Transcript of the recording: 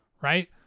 right